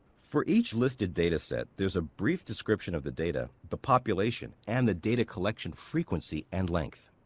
for each listed data set, there is a brief description of the data, the population, and the data collection frequency and length.